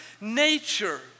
nature